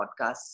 podcasts